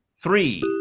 Three